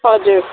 हजुर